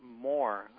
more